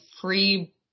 free